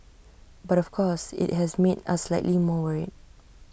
but of course IT has made us slightly more worried